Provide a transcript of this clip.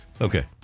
Okay